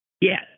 Yes